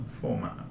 Format